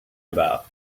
about